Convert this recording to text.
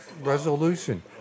resolution